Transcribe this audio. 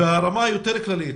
ברמה היותר כללית,